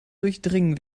durchdringen